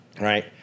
right